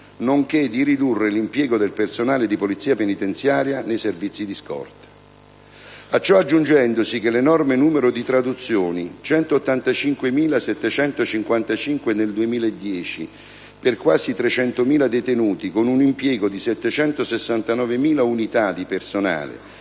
nonché di ridurre l'impiego del personale di Polizia penitenziaria nei servizi di scorta, a ciò aggiungendosi che l'enorme numero di traduzioni (185.755 nel 2010 per quasi 300.000 detenuti con un impiego di 769.000 unità di personale)